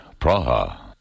Praha